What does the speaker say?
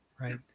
right